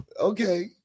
Okay